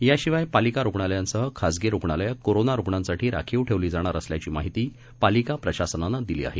याशिवाय पालिका रुग्णालयांसह खासगी रुग्णालयं कोरोना रुग्णांसाठी राखीव ठेवली जाणार असल्याची माहिती पालिका प्रशासनानं दिली आहे